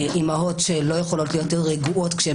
אימהות שלא יכולות להיות רגועות כשהן